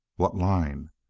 what line?